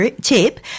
tip